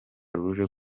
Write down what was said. ruje